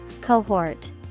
Cohort